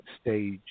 stage